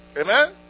Amen